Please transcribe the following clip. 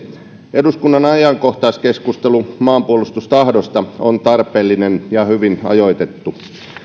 eduskunnan ajankohtaiskeskustelu maanpuolustustahdosta on tarpeellinen ja hyvin ajoitettu